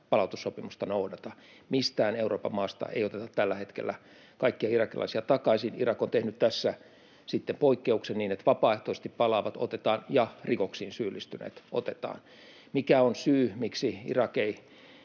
palautussopimusta noudata. Mistään Euroopan maasta ei oteta tällä hetkellä kaikkia irakilaisia takaisin. Irak on tehnyt tässä sitten poikkeuksen niin, että vapaaehtoisesti palaavat otetaan ja rikoksiin syyllistyneet otetaan. Mikä on syy, miksi Irak ei